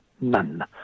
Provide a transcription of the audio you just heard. none